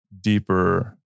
deeper